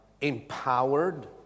empowered